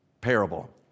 parable